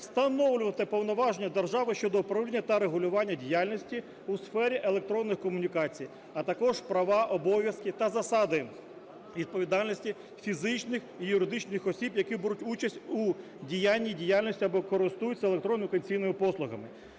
встановлювати повноваження держави щодо управління та регулювання діяльності у сфері електронних комунікацій, а також права, обов'язки та засади відповідальності фізичних і юридичних осіб, які беруть участь у даній діяльності або користуються електронними комунікаційними послугами.